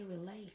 relate